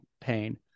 pain